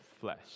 flesh